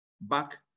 back